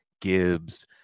gibbs